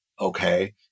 Okay